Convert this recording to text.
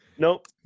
Nope